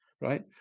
right